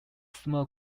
small